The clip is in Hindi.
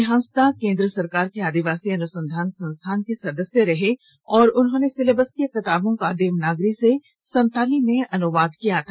श्री हांसदा केंद्र सरकार के आदिवासी अनुसंधान संस्थान के सदस्य रहे और उन्होंने सिलेबस की किताबों का देवनागरी से संताली में अनुवाद किया था